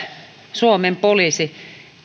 suomen poliisilla